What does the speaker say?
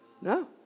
no